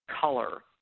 color